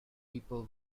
people